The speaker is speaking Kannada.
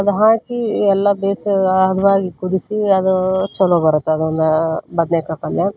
ಅದು ಹಾಕಿ ಎಲ್ಲ ಬೇಸ ಹದ್ವಾಗಿ ಕುದಿಸಿ ಅದು ಛಲೋ ಬರುತ್ತೆ ಅದೊಂದು ಬದ್ನೆಕಾಯಿ ಪಲ್ಯ